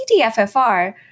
CTFFR